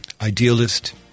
Idealist